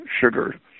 sugar